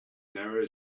narrow